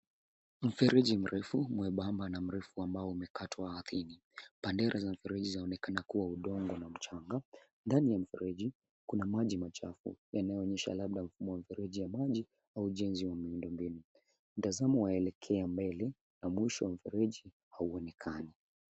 Mfereji mrefu na mwembamba na mrefu ambao umekatwa ardhini. Pandera za mfereji zanekana kuwa udongo na mchanga. Ndani ya mfereji kuna maji machafu yanyoonyesha labda mfereji wa maji au ujenzi wa miundombinu. Mtazamo waelekea mbele na mwisho wa mfereji hauonekani.